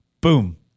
boom